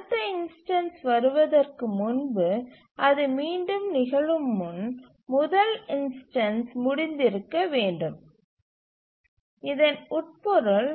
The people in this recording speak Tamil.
அடுத்த இன்ஸ்டன்ஸ் வருவதற்கு முன்பு அது மீண்டும் நிகழும் முன் முதல் இன்ஸ்டன்ஸ் முடிந்திருக்க வேண்டும் இதன் உட்பொருள்